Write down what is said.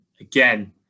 again